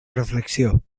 reflexió